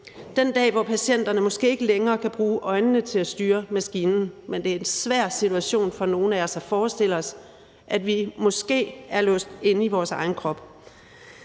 den dag patienterne måske ikke længere kan bruge øjnene til at styre maskinen, men det er en svær situation for nogle af os at forestille sig, at vi måske er låst inde i vores egen krop.